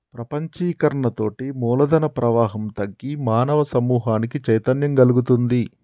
ప్రపంచీకరణతోటి మూలధన ప్రవాహం తగ్గి మానవ సమూహానికి చైతన్యం గల్గుతుంది